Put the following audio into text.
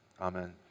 Amen